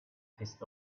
his